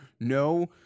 No